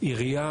היא ראייה